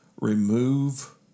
remove